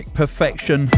perfection